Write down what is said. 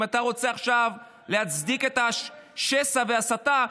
אם אתה רוצה עכשיו להצדיק את השסע וההסתה,